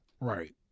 right